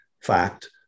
fact